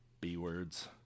B-words